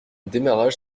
démarrage